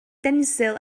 denzil